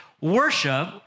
worship